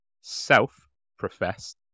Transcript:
self-professed